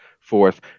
forth